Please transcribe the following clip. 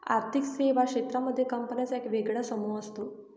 आर्थिक सेवा क्षेत्रांमध्ये कंपन्यांचा एक वेगळा समूह असतो